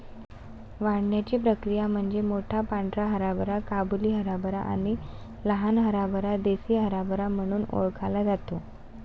वाढण्याची प्रक्रिया म्हणजे मोठा पांढरा हरभरा काबुली हरभरा आणि लहान हरभरा देसी हरभरा म्हणून ओळखला जातो